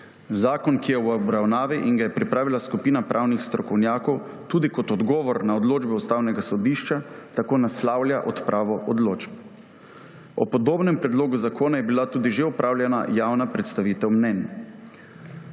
Zakon, ki je v obravnavi in ga je pripravila skupina pravnih strokovnjakov tudi kot odgovor na odločbe Ustavnega sodišča, tako naslavlja odpravo odločb. O podobnem predlogu zakona je bila tudi že opravljena javna predstavitev mnenj.